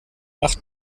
ach